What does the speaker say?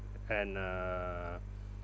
and uh